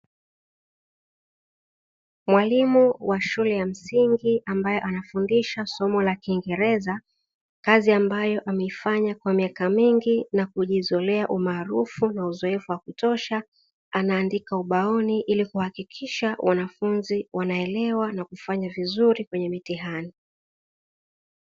Mwalimu wa shule ya msingi ambaye anafundisha somo la kiingereza, kazi ambayo ameifanya kwa miaka mingi na kujizolea umaarufu na uzoefu wa kutosha, anaandika ubaoni ili kuhakikisha wanafunzi wanaelewa na kufanya vizuri kwenye mitihani.